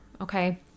Okay